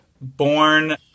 born